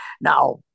now